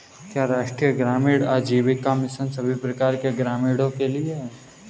क्या राष्ट्रीय ग्रामीण आजीविका मिशन सभी प्रकार के ग्रामीणों के लिए है?